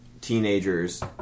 teenagers